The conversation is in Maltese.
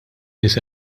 nies